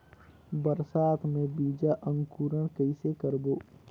बरसात मे बीजा अंकुरण कइसे करबो?